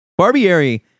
Barbieri